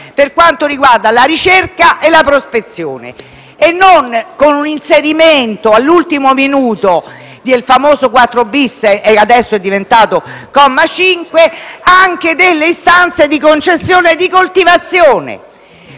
per quanto riguarda la ricerca e la prospezione, e non con un inserimento all'ultimo minuto del famoso 4*-bis* - adesso è diventato comma 5 - anche delle istanze di concessione di coltivazione.